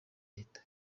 leta